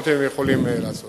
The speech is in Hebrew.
לראות אם הם יכולים לעשות את זה.